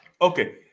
Okay